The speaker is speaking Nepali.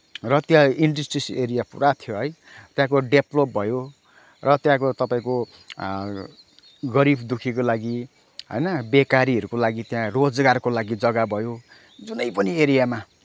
र त्यहाँ इन्डस्ट्रिस एरिया पुरा थियो है त्यहाँ डेभ्लोप भयो र त्यहाँको तपाईँको गरीब दुखीको लागि होइन बेकारीहरूको लागि त्यहाँ रोजगारको लागि त्यहाँ जग्गा भयो जुनै पनि एरियामा